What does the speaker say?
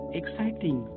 exciting